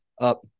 up